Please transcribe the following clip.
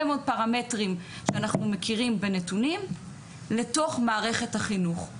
מאוד פרמטרים שאנחנו מכירים בנתונים לתוך מערכת החינוך.